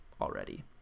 already